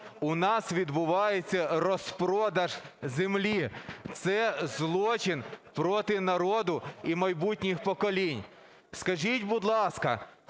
у нас відбувається розпродаж землі. Це злочин проти народу і майбутніх поколінь. Скажіть, будь ласка,